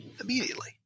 Immediately